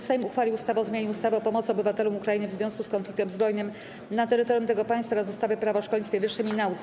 Sejm uchwalił ustawę o zmianie ustawy o pomocy obywatelom Ukrainy w związku z konfliktem zbrojnym na terytorium tego państwa oraz ustawy - Prawo o szkolnictwie wyższym i nauce.